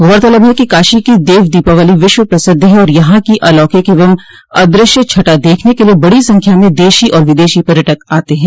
गौरतलब है कि काशी की देव दीपावली विश्व प्रसिद्ध है और यहां की आलौकिक एवं अद्रश्य छटा देखने के लिए बड़ी संख्या में देशी और विदेशी पर्यटक आते हैं